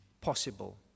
possible